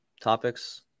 Topics